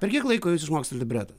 per kiek laiko jūs išmokstat libretą